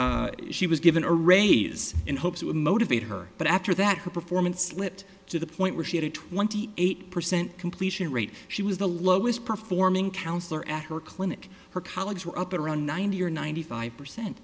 year she was given a raise in hopes of a motivate her but after that her performance slipped to the point where she had a twenty eight percent completion rate she was the lowest performing counsellor at her clinic her colleagues were up at around ninety or ninety five percent